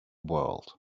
world